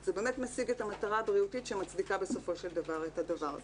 זה באמת משיג את המטרה הבריאותית שמצדיקה בסופו של דבר את הדבר הזה?